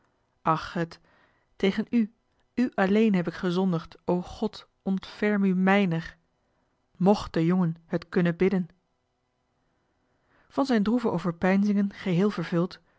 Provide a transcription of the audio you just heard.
ach het tegen u u alleen heb ik gezondigd o god ontferm u mijner mcht de jongen het kunnen bidden van zijn droeve overpeinzingen geheel vervuld